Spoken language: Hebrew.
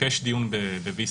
מבקש דיון ב-VC,